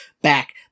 back